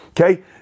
Okay